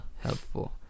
helpful